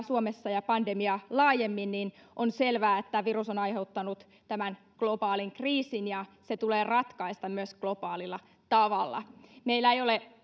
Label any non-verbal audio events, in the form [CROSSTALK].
[UNINTELLIGIBLE] suomessa ja pandemiaa laajemmin niin on selvää että virus on aiheuttanut tämän globaalin kriisin ja se tulee myös ratkaista globaalilla tavalla meillä ei ole [UNINTELLIGIBLE]